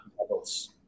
levels